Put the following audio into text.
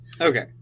Okay